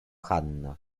hanna